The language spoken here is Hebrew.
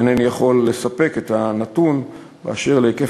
אינני יכול לספק את הנתון באשר להיקף